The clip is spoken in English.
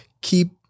keep